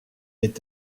est